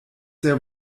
sehr